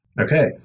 Okay